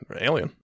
Alien